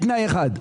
בתנאי אחד,